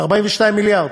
42 מיליארד.